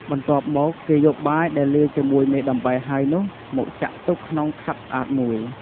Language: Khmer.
បន្ទាប់មកគេយកបាយដែលលាយជាមួយមេដំបែហើយនោះមកចាក់ទុកក្នុងខាប់ស្អាតមួយ។